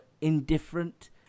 indifferent